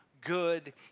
good